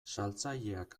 saltzaileak